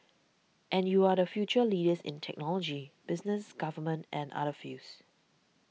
and you are the future leaders in technology business government and other fields